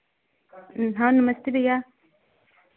हाँ नमस्ते भैया